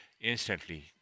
instantly